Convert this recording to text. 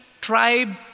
tribe